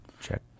check